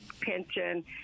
pension